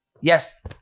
yes